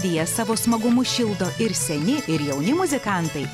jie savo smagumu šildo ir seni ir jauni muzikantai